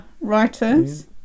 writers